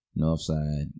Northside